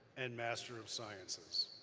and master of sciences.